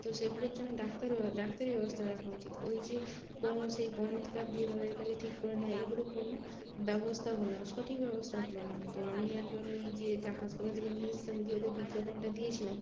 তো সেগুলোর জন্য ডাক্তার ডাক্তারি ব্যবস্থা রাখা উচিত ওই যে কোনো সেই গনৎকার দিয়ে তাদের কাছে ঠিক করে নেয় এইগুলো কোনো ব্যবস্থা হলো না সঠিকভাবে ব্যবস্থা হলো না তো আমি একবার ওই যে এটা হাসপাতাল থেকে নিয়ে এসছিলাম দিয়ে ওদের বিজ্ঞাপনটায় দিয়েছিলাম